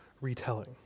retelling